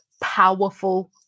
powerful